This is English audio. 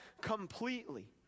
completely